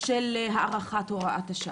של הארכת הוראת השעה?